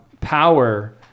power